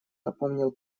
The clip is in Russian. напомнил